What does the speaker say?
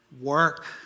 work